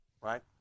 right